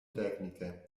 tecniche